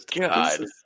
God